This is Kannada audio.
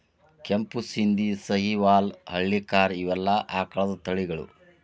ಕೆಂಪು ಶಿಂದಿ, ಸಹಿವಾಲ್ ಹಳ್ಳಿಕಾರ ಇವೆಲ್ಲಾ ಆಕಳದ ತಳಿಗಳು